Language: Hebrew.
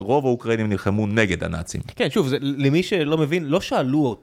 רוב האוקראינים נלחמו נגד הנאצים. כן, שוב, זה, למי שלא מבין, לא שאלו אותנו.